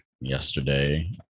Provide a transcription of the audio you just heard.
yesterday